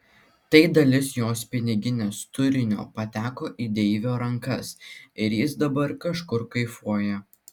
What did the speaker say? tai dalis jos piniginės turinio pateko į deivio rankas ir jis dabar kažkur kaifuoja